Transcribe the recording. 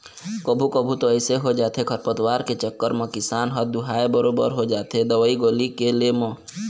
कभू कभू तो अइसे हो जाथे खरपतवार के चक्कर म किसान ह दूहाय बरोबर हो जाथे दवई गोली के ले म